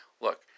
Look